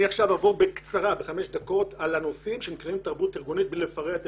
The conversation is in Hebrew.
אעבור בקצרה על הנושאים שכלולים בתרבות אירגונית בלי לפרט.